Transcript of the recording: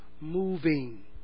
moving